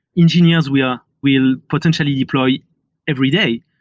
engineers will will potentially deploy every day.